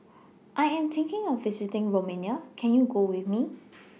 I Am thinking of visiting Romania Can YOU Go with Me